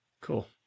Cool